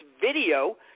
video